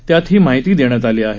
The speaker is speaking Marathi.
त्यात ही माहिती देण्यात आली आहे